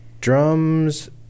drums